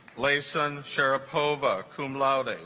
laysan sharapova cum laude